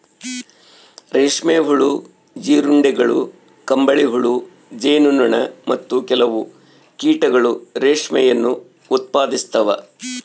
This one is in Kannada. ರೇಷ್ಮೆ ಹುಳು, ಜೀರುಂಡೆಗಳು, ಕಂಬಳಿಹುಳು, ಜೇನು ನೊಣ, ಮತ್ತು ಕೆಲವು ಕೀಟಗಳು ರೇಷ್ಮೆಯನ್ನು ಉತ್ಪಾದಿಸ್ತವ